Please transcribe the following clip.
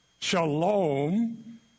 shalom